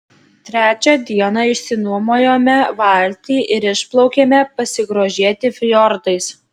trečią dieną išsinuomojome valtį ir išplaukėme pasigrožėti fjordais